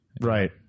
right